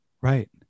Right